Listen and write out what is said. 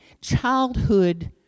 childhood